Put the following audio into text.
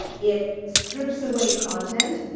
it strips away content.